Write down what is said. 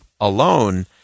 alone